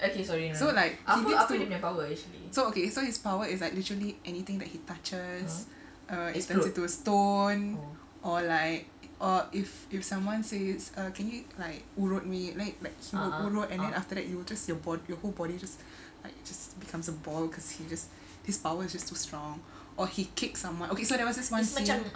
so like he needs to so okay so his power is like literally anything that he touches expected to stone or like or if if someone say it's can you like urut me like he would urut and then after that you will just your body whole body just like just becomes a ball because he just his power is just too strong or he kicks someone okay so there's was this one scene